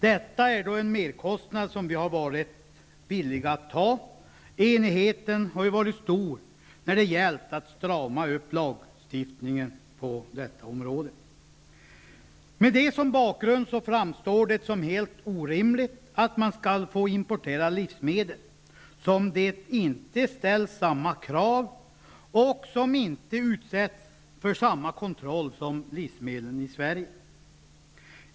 Detta är en merkostnad som vi har varit villiga att ta, och enigheten har varit stor när det gällt att strama upp lagstiftningen på detta område. Mot denna bakgrund framstår det som helt orimligt att man skall få importera livsmedel som det inte ställts samma krav på och som inte utsätts för samma kontroll som livsmedlen i Sverige.